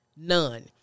None